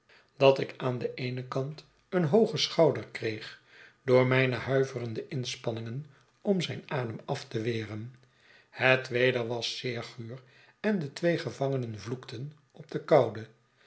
dat ik aan den eenen kant een hoogen schouder kreeg door mijne h'uiverende inspanningen om z'yn adem at te weren het weder was zeer guur en de twee gevangenen vloekten op de koude